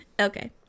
Okay